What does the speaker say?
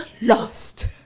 lost